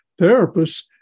therapists